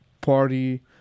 party